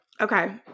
okay